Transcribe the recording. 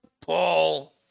Paul